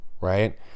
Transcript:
right